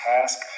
task